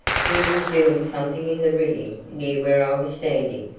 he was doing something in the rigging near where i was standing.